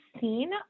seen